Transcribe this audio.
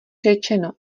řečeno